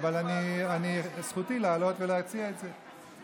אבל זכותי לעלות ולהציע את זה.